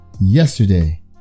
yesterday